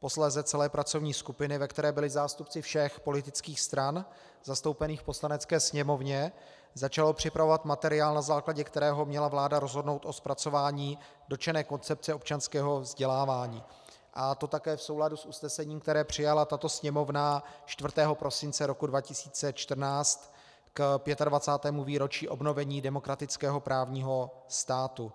posléze celé pracovní skupiny, ve které byli zástupci všech politických stran zastoupených v Poslanecké sněmovně, začalo připravovat materiál, na jehož základě měla vláda rozhodnout o zpracování dotčené koncepce občanského vzdělávání, a to také v souladu s usnesením, které přijala tato Sněmovna 4. prosince roku 2014 k 25. výročí obnovení demokratického právního státu.